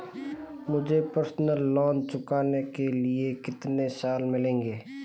मुझे personal loan चुकाने के लिए कितने साल मिलेंगे?